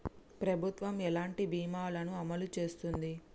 ప్రభుత్వం ఎలాంటి బీమా ల ను అమలు చేస్తుంది?